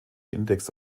index